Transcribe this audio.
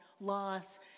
loss